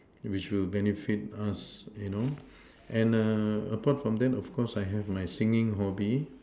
which will benefit us you know and apart from that I have also my singing hobby